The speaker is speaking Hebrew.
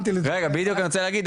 בדיוק אני רוצה להגיד,